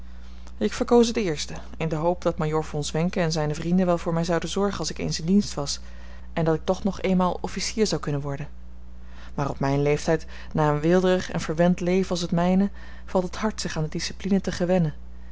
ik verkoos het eerste in de hoop dat majoor von zwenken en zijne vrienden wel voor mij zouden zorgen als ik eens in dienst was en dat ik toch nog eenmaal officier zou kunnen worden maar op mijn leeftijd na een weelderig en verwend leven als het mijne valt het hard zich aan de discipline te gewennen